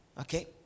Okay